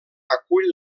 acull